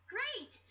Great